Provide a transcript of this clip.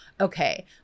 okay